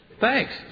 Thanks